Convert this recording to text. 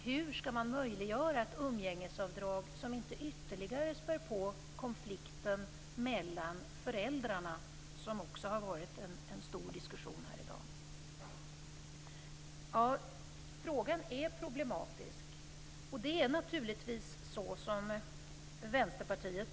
Hur skall man möjliggöra ett umgängesavdrag som inte ytterligare späder på konflikten mellan föräldrarna? Det har det också varit en stor diskussion om här i dag. Frågan är problematisk. Det är naturligtvis så, som bl.a.